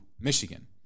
michigan